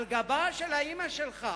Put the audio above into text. על גבה של אמא שלך